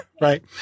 right